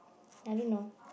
I don't know